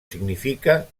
significa